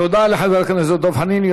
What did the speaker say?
תודה לחבר הכנסת דב חנין.